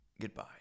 Goodbye